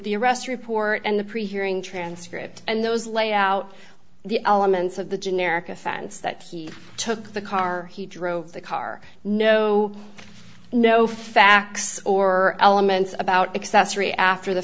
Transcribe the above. the arrest report and the pre hearing transcript and those lay out the elements of the generic offense that he took the car he drove the car know no facts or elements about accessory after the